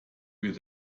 wird